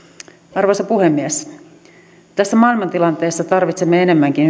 arvoisa puhemies tässä maailmantilanteessa tarvitsemme enemmänkin